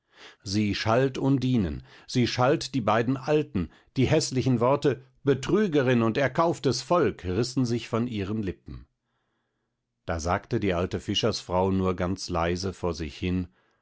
sie schalt undinen sie schalt die beiden alten die häßlichen worte betrügerin und erkauftes volk rissen sich von ihren lippen da sagte die alte fischersfrau nur ganz leise vor sich hin